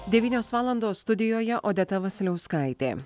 devynios valandos studijoje odeta vasiliauskaitė